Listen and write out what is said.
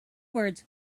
words